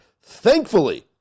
Thankfully